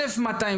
1,200,